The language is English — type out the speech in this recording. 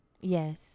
Yes